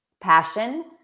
passion